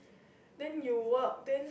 then you work then